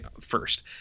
first